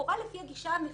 לכאורה לפי הגישה המפרקת,